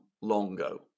Longo